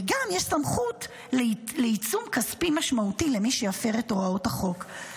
וגם יש סמכות לעיצום כספי משמעותי למי שיפר את הוראות החוק.